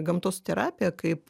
gamtos terapija kaip